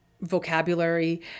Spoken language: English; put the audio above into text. vocabulary